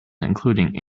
including